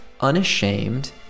unashamed